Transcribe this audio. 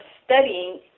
studying